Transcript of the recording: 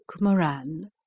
Moran